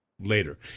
later